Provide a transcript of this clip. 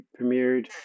premiered